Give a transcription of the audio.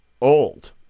old